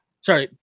Sorry